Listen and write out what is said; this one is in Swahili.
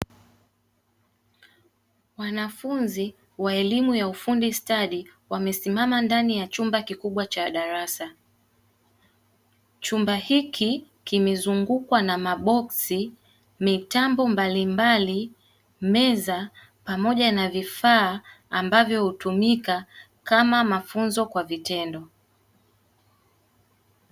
Wanafunzi wa elimu ya ufundi stadi wamesimama ndani ya chumba kikubwa cha darasa. Chumba hiki kimezungukwa na maboksi, mitambo mbalimbali, meza, pamoja na vifaa ambavyo hutumika kama mafunzo kwa vitendo.